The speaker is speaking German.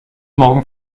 morgen